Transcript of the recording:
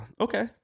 okay